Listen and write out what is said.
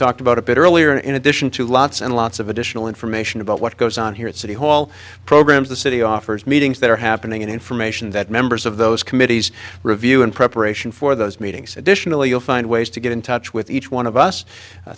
talked about a bit earlier in addition to lots and lots of additional information about what goes on here at city hall programs the city offers meetings that are happening in information that members of those committees review in preparation for those meetings additionally you'll find ways to get in touch with each one of us